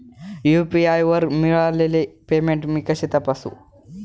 UPI वर मिळालेले payment मी कसे तपासू?